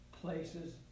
places